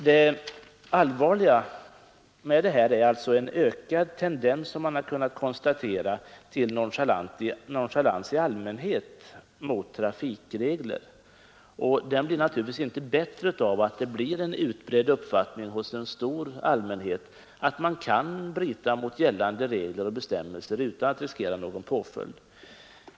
Det allvarliga är alltså den ökade tendens som man har kunnat konstatera till nonchalans i allmänhet mot trafikregler. Den blir naturligtvis inte bättre av att det blir en utbredd uppfattning hos en stor allmänhet att man kan bryta mot gällande regler och bestämmelser utan att riskera någon påföljd.